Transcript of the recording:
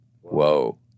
whoa